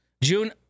June